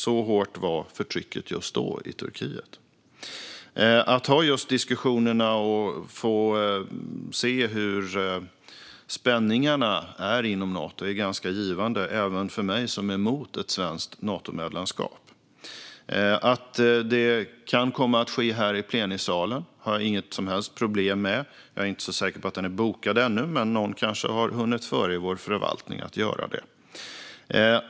Så hårt var förtrycket i Turkiet just då. Att ha just diskussionerna och få se hur spänningarna är inom Nato är ganska givande även för mig som är emot ett svenskt Natomedlemskap. Att det kan komma att ske här i plenisalen har jag inget som helst problem med. Jag är inte så säker på att den är bokad ännu, men någon i vår förvaltning har kanske hunnit före med att göra det.